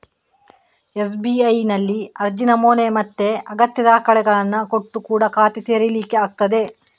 ಎಸ್.ಬಿ.ಐನಲ್ಲಿ ಅರ್ಜಿ ನಮೂನೆ ಮತ್ತೆ ಅಗತ್ಯ ದಾಖಲೆಗಳನ್ನ ಕೊಟ್ಟು ಕೂಡಾ ಖಾತೆ ತೆರೀಲಿಕ್ಕೆ ಆಗ್ತದೆ